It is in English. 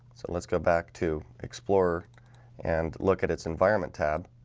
so let's go back to explorer and look at its environment tab